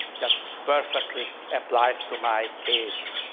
that perfectly applies to my case.